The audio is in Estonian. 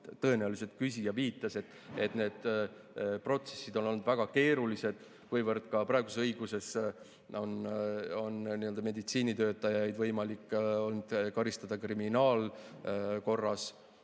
tõenäoliselt küsija viitas. Need protsessid on olnud väga keerulised, kuivõrd praeguses õiguses on meditsiinitöötajaid võimalik olnud karistada kriminaalkorras,